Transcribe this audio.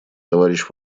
товарищ